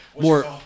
more